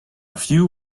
few